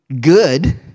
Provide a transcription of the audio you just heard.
good